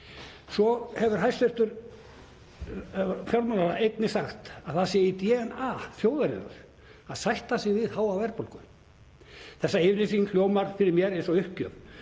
Svo hefur hæstv. fjármálaráðherra einnig sagt að það sé í DNA þjóðarinnar að sætta sig við háa verðbólgu. Þessi yfirlýsing hljómar fyrir mér eins og uppgjöf